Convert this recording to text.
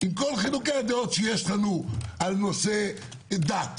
עם כל חילוקי הדעות שיש לנו על נושאי דת,